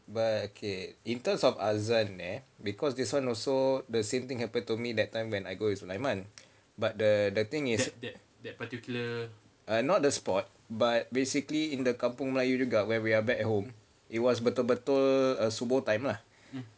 but okay in terms of azan eh because this [one] also the same thing happened to me that time when I go with sulaiman but the the thing is uh not the spot but basically in the kampung melayu juga when we are back at home it was betul-betul subuh time lah